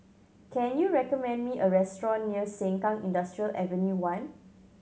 can you recommend me a restaurant near Sengkang Industrial Avenue One